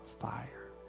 fire